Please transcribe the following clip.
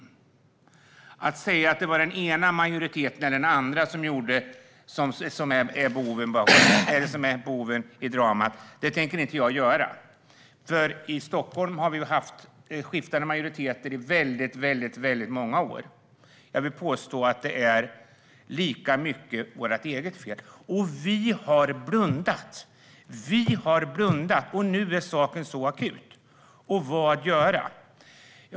Jag tänker inte säga att det är den ena eller andra majoriteten som är boven i dramat, för i Stockholm har vi haft skiftande majoriteter i många år. Jag vill påstå att det är lika mycket vårt eget fel. Vi har blundat, och nu är saken akut. Vad göra?